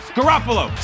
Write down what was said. Garoppolo